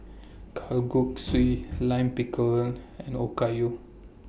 Kalguksu Lime Pickle and Okayu